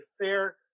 fair